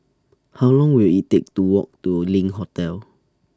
How Long Will IT Take to Walk to LINK Hotel